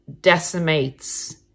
decimates